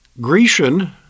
Grecian